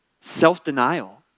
Self-denial